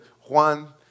Juan